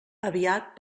aviat